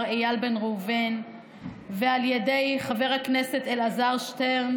איל בן ראובן ועל ידי חבר הכנסת אלעזר שטרן